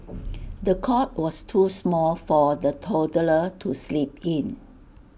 the cot was too small for the toddler to sleep in